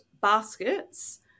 baskets